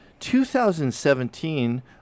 2017